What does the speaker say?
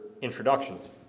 introductions